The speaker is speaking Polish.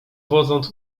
wodząc